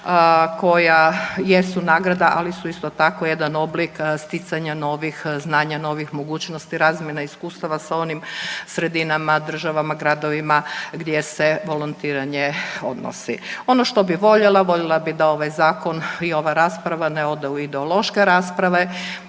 koja jesu nagrada, ali su isto tako, jedan oblik sticanja novih znanja, novih mogućnosti, razmjena iskustava sa onim sredinama, državama, gradovima, gdje se volontiranje odnosi. Ono što bih voljela, voljela bih da ovaj Zakon i ova rasprava ne ode u ideološke rasprave